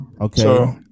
okay